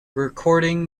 recording